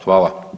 Hvala.